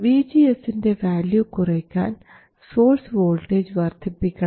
VGS ൻറെ value കുറയ്ക്കാൻ source voltage വർദ്ധിപ്പിക്കണം